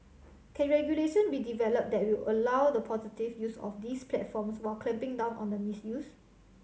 can regulation be developed that will allow the positive use of these platforms while clamping down on the misuse